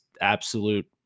absolute